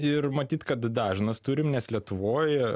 ir matyt kad dažnas turim nes lietuvoje